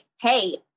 hey